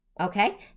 Okay